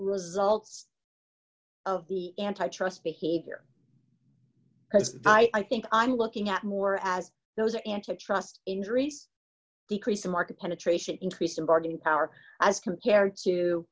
results of the antitrust behavior as i think i'm looking at more as those antitrust injuries decreasing market penetration increase in bargaining power as compared to